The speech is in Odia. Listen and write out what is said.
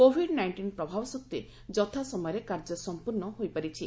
କୋଭିଡ୍ ନାଇଷ୍ଟିନ୍ ପ୍ରଭାବ ସତ୍ୱେ ଯଥା ସମୟରେ କାର୍ଯ୍ୟ ସଂପ୍ରର୍ଣ୍ଣ ହୋଇଛି